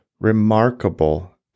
remarkable